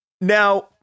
Now